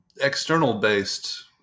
external-based –